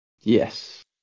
Yes